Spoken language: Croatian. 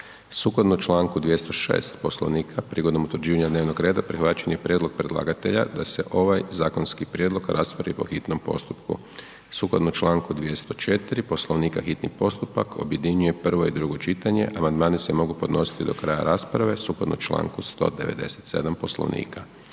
Sukladno Članku 206. Poslovnika prigodom utvrđivanja dnevnog reda prihvaćen je prijedlog predlagatelja da se ovaj zakonski prijedlog raspravi po hitnom postupku. Sukladno Članku 204. Poslovnika hitni postupak objedinjuje prvo i drugo čitanje, amandmani se mogu podnositi do kraja rasprave sukladno Članku 197. Poslovnika.